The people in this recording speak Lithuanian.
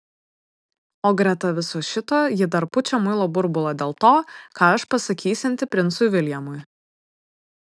o greta viso šito ji dar pučia muilo burbulą dėl to ką aš pasakysianti princui viljamui